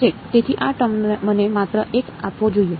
1 તેથી આ ટર્મ મને માત્ર 1 આપવો જોઈએ